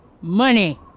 money